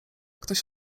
ktoś